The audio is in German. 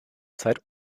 zeit